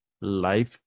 life